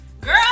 Girl